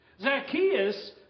Zacchaeus